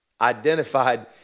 identified